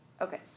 Okay